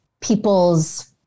people's